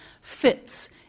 fits